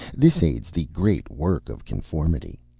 this aids the great work of conformity.